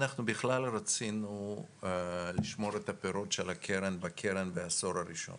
אנחנו בכלל לא רצינו לשמור את הפירות של הקרן בקרן בעשור הראשון